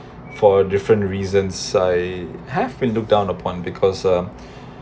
for a different reason I have been look down upon because um